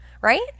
right